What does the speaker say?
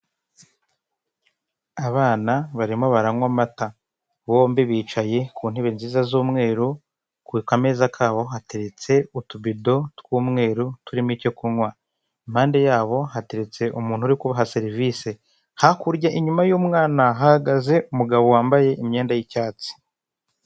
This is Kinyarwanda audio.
Abana barimo baranywa amata bombi bicaye ku ntebe nziza z'umweru ku kameza kabo hateretse utubido tw'umweru turimo icyo kunywa. Impande yabo hateretse umuntu uri kubaha serivise. Hakurya inyuma y'umwana hahagaze umugabo wambaye imyenda y'icyatsi.